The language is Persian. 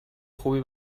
خوبی